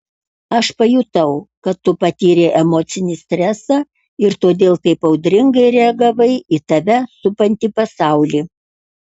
aš pajutau kad tu patyrei emocinį stresą ir todėl taip audringai reagavai į tave supantį pasaulį